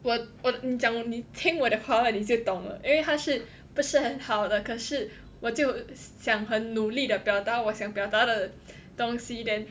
我我你讲你听我的华文你就懂了因为他是不是很好的可是我就想很努力地表达我想表达的东西 then